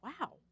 wow